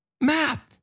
Math